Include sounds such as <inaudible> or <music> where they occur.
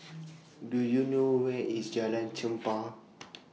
<noise> Do YOU know Where IS Jalan Chempah